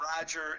Roger